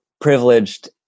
privileged